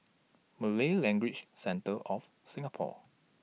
Malay Language Centre of Singapore